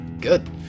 Good